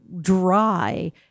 dry